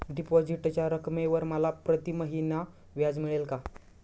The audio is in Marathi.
डिपॉझिटच्या रकमेवर मला प्रतिमहिना व्याज मिळेल का?